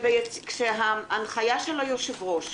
ההנחיה של היושב-ראש,